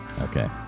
Okay